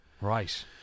Right